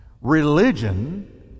Religion